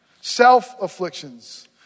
Self-afflictions